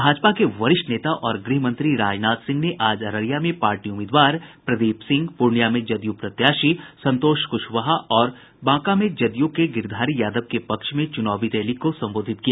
भाजपा के वरिष्ठ नेता और गृहमंत्री राजनाथ सिंह ने आज अररिया में पार्टी उम्मीदवार प्रदीप सिंह पूर्णिया में जदयू प्रत्याशी संतोष कुशवाहा और बांका में जदयू के गिरिधारी यादव के पक्ष में चुनावी रैली को संबोधित किया